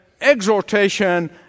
exhortation